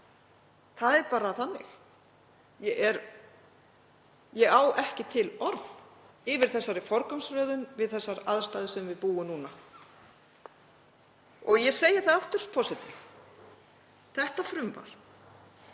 Það er bara þannig. Ég á ekki til orð yfir þessari forgangsröðun við þær aðstæður sem við búum við núna. Ég segi það aftur, forseti: Þetta frumvarp